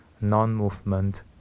non-movement